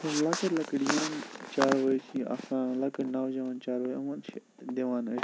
لَکٕٹۍ لکٕٹۍ یِم چاروٲے چھِی آسان لَکٕٹۍ نَوجَوان چاروٲے یِمن چھِ دِوان ٲسۍ